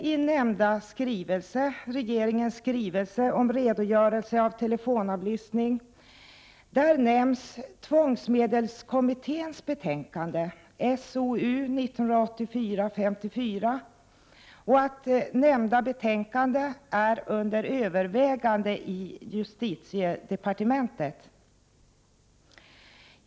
I regeringens skrivelse om redogörelsen för telefonavlyssning nämns vidare tvångsmedelskommitténs betänkande . Det sägs att nämnda betänkande är under övervägande i justitiedepartementet.